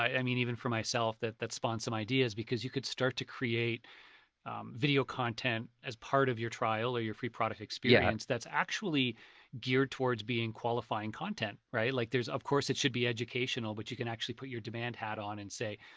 i mean, v even for myself that that spawns some ideas. because you could start to create video content as part of your trial or your free product experience. that's actually geared towards being qualifying content, right? like of course, it should be educational, but you can actually put your demand hat on and say,